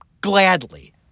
gladly